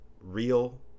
real